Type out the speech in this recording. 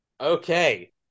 Okay